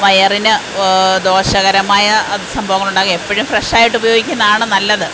വയറിന് ദോഷകരമായ സംഭവങ്ങളുണ്ടാവുകയും എപ്പഴും ഫ്രഷ് ആയിട്ട് ഉപയോഗിക്കുന്നതാണ് നല്ലത്